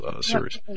series